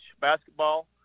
basketball